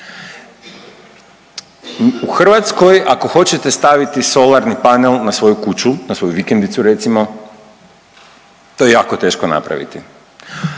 U Hrvatskoj ako hoćete staviti solarni panel na svoju kuću, na svoju vikendicu recimo, to je jako teško napraviti.